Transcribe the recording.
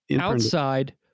outside